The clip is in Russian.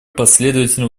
последовательно